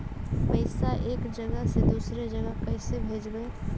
पैसा एक जगह से दुसरे जगह कैसे भेजवय?